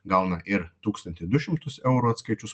gauna ir tūkstantį du šimtus eurų atskaičius